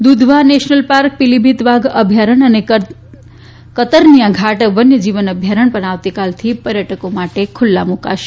Dudhwa national park Pilibhit વાઘ અભ્યારણ અને કતર્નિયા ઘાટ વન્ય જીવ અભ્યારણ પણ આવતીકાલથી પર્યટકો માટે ખુલ્લા મુકાશે